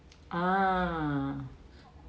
ah